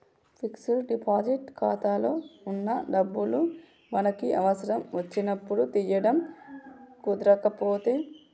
fixed deposit ఖాతాలో వున్న డబ్బులు మనకి అవసరం వచ్చినప్పుడు తీయడం కుదరకపాయె